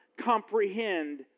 comprehend